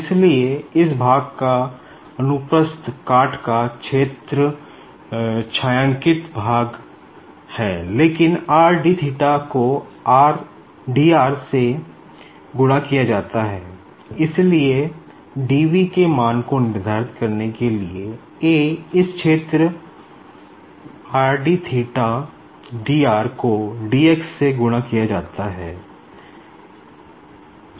इसलिए इस भाग का अनुप्रस्थ काट का क्षेत्र छायांकित भाग है लेकिन को से गुणा किया जाता है इसलिए dv के मान को निर्धारित करने के लिएए इस क्षेत्र को dx से गुणा किया जाता है